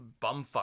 bumfuck